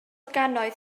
gannoedd